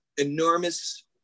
enormous